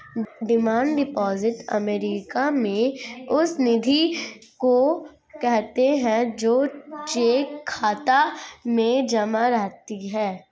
demand deposit American में उस निधि को कहते हैं जो चेक खाता में जमा रहती है